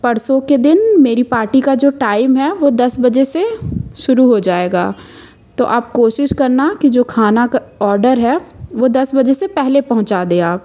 परसों के दिन मेरी पार्टी का जो टाइम है वो दस बजे से शुरू हो जाएगा तो आप कोशिश करना कि जो खाना का ऑडर है वो दस बजे से पहले पहुंचा दें आप